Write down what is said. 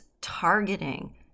targeting